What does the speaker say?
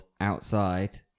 outside